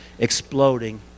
exploding